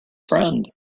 friend